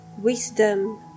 wisdom